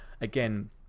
again